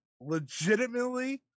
legitimately